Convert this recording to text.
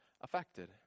affected